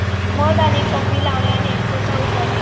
मध आणि कॉफी लावल्याने त्वचा उजळते